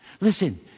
Listen